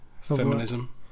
feminism